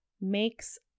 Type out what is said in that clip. makes